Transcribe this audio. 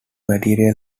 material